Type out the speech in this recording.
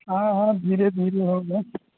हाँ हाँ धीरे धीरे होगा